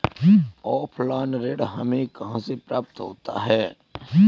Offline ऋण हमें कहां से प्राप्त होता है?